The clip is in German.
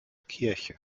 kirche